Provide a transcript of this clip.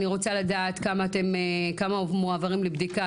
אני רוצה לדעת כמה מועברים לבדיקה,